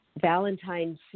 Valentine's